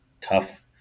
tough